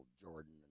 Jordan